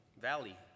valley